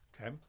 Okay